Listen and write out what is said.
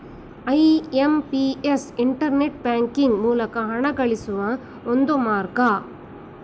IMPS internet banking ಮೂಲಕ ಹಣಗಳಿಸುವ ಒಂದು ಮಾರ್ಗ